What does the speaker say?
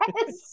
Yes